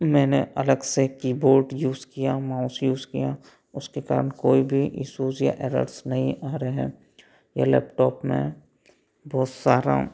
मैंने अलग से कीबोर्ड यूज़ किया माउस यूज़ किया उसके टाइम कोई भी इशूज़ या एरर्स नहीं आ रहे हैं यह लैपटॉप में बहुत सारा